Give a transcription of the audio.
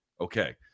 Okay